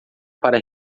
para